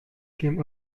came